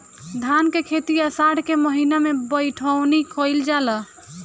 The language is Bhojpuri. धान के खेती आषाढ़ के महीना में बइठुअनी कइल जाला?